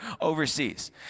overseas